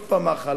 עוד פעם מח"ל,